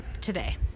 Today